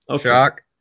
shock